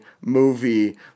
movie